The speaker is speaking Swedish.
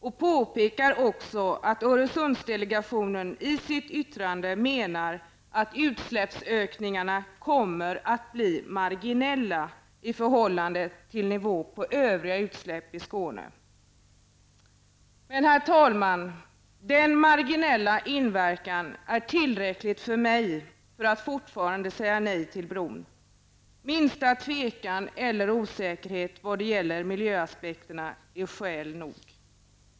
Man påpekar också att Öresundsdelegationen i sitt yttrande menar att utsläppsökningarna kommer att bli marginella i förhållande till nivån på övriga utsläpp i Skåne. Herr talman! Men denna marginella inverkan är tillräcklig för mig för att fortfarande säga nej till bron. Minsta tvekan eller osäkerhet vad gäller miljöaspekterna är skäl nog.